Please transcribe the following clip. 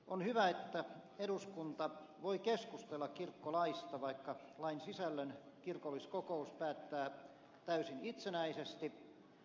on hyvä että eduskunta voi keskustella kirkkolaista vaikka lain sisällön kirkolliskokous päättää täysin itsenäisesti